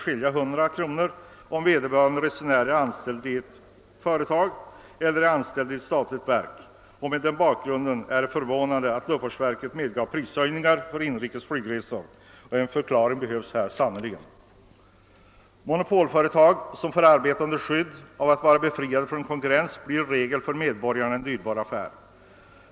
i biljettpris, beroende på om vederbörande resenär är anställd i ett företag eller i ett statligt verk. Mot denna bak grund är det förvånande att luftfartsverket medgav prishöjningar för inrikes flygresor. En förklaring behövs sannerligen härvidlag. Monopolföretag som får arbeta under skydd av att vara befriade från konkurrens blir i regel för medborgarna en dyrbar affär.